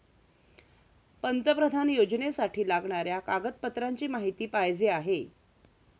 पंतप्रधान योजनेसाठी लागणाऱ्या कागदपत्रांची माहिती पाहिजे आहे